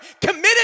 committed